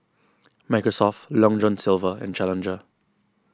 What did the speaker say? Microsoft Long John Silver and Challenger